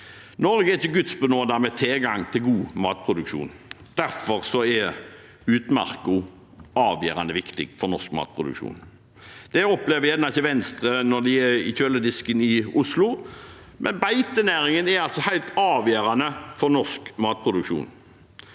Norge er ikke gudbenådet med tilgang til god matproduksjon. Derfor er utmarka avgjørende viktig for norsk matproduksjon. Det opplever kanskje ikke Venstre når de er i kjøledisken i Oslo, men beitenæringen er altså helt avgjørende for norsk matproduksjon.